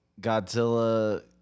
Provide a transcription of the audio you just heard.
godzilla